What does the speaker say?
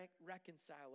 reconcile